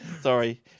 Sorry